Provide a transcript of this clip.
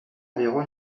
environ